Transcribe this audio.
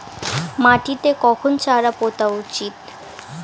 মাটিতে কখন চারা পোতা উচিৎ?